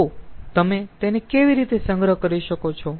તો તમે તેને કેવી રીતે સંગ્રહ કરી શકો છો